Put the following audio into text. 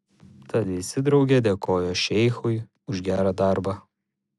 tad visi drauge dėkojo šeichui už gerą darbą